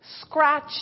Scratch